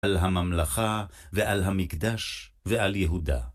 על הממלכה ועל המקדש ועל יהודה.